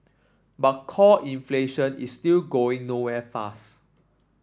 but core inflation is still going nowhere fast